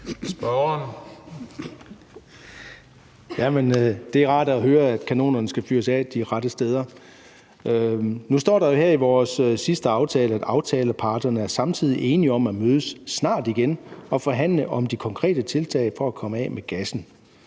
det er rart at høre, at kanonerne skal fyres af de rette steder. Nu står der jo her i vores sidste aftale, at aftaleparterne samtidig er enige om at mødes snart igen og forhandle om de konkrete tiltag for at komme af med gassen.